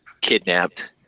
kidnapped